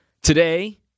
Today